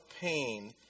pain